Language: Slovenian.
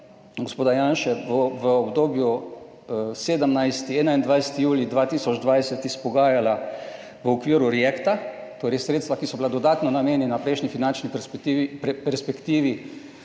gospoda Janše v obdobju 21. julij 2020 izpogajala v okviru Reacta, torej sredstva, ki so bila dodatno namenjena prejšnji finančni perspektivi,